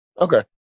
Okay